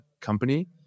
company